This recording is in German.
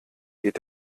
geht